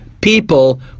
People